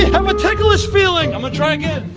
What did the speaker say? um a ticklish feeling. i'm gonna try again.